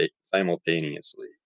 simultaneously